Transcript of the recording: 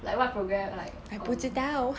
like what program like um